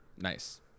Nice